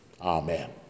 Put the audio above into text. Amen